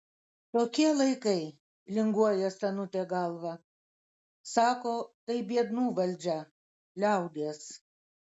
tokie laikai linguoja senutė galva sako tai biednų valdžia liaudies